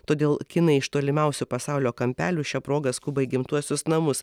todėl kinai iš tolimiausių pasaulio kampelių šia proga skuba į gimtuosius namus